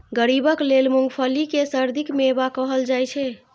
गरीबक लेल मूंगफली कें सर्दीक मेवा कहल जाइ छै